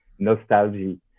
Nostalgie